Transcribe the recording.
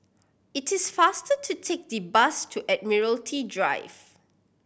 it is faster to take the bus to Admiralty Drive